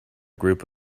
group